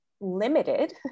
limited